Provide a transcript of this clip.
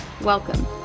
Welcome